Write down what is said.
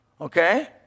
Okay